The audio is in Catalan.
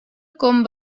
com